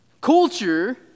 Culture